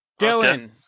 Dylan